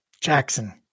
jackson